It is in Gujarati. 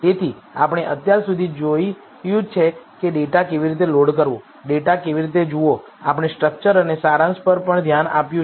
તેથી આપણે અત્યાર સુધી જોયું છે કે ડેટા કેવી રીતે લોડ કરવો ડેટા કેવી રીતે જોવો આપણે સ્ટ્રક્ચર અને સારાંશ પર પણ ધ્યાન આપ્યું છે